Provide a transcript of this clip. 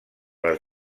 les